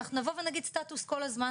אנחנו נבוא ונגיד סטטוס כל הזמן,